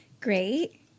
Great